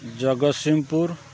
Jagatsinghpur